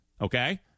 Okay